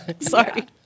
Sorry